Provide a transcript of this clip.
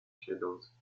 shadows